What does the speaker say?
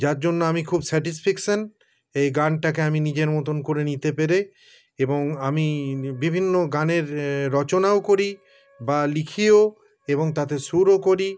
যার জন্য আমি খুব স্যাটিসফিকশন এই গানটাকে আমি নিজের মতন করে নিতে পেরে এবং আমি বিভিন্ন গানের রচনাও করি বা লিখিও এবং তাতে সুরও করি